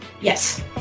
Yes